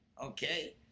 okay